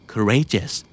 Courageous